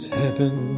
heaven